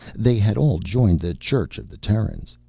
they had all joined the church of the terrans.